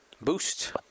boost